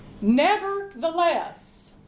nevertheless